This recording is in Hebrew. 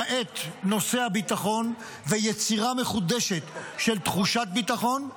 למעט נושא הביטחון ויצירה מחודשת של תחושת ביטחון,